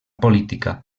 política